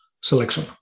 selection